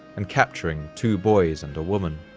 and capturing two boys and a woman.